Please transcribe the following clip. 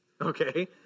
okay